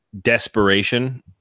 desperation